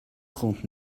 trente